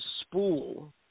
spool